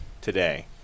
today